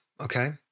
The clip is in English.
Okay